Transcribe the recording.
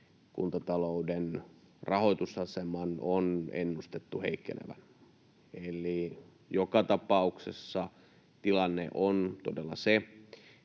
kuntatalouden rahoitusaseman on ennustettu heikkenevän. Eli joka tapauksessa tilanne on todella se,